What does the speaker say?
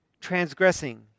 Transgressing